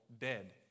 dead